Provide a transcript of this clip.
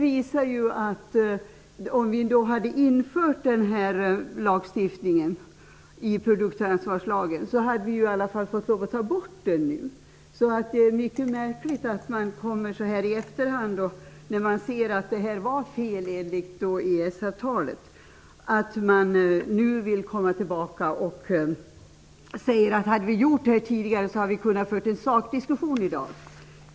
Om denna regel hade införts i produktansvarslagen hade man i alla fall fått lov att ta bort den nu. Det är mycket märkligt att socialdemokraterna kommer så här i efterhand, när man ser att detta var fel enligt EES-avtalet. Carin Lundberg sade att om detta hade gjorts tidigare, hade vi i dag kunnat föra en sakdiskussion.